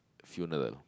funeral